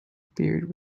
beard